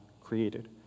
created